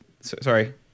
sorry